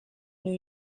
new